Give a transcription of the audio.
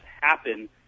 happen